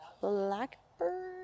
Blackbird